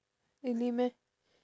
really meh